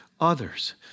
others